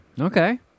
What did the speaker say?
Okay